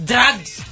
Drugs